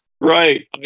Right